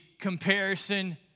comparison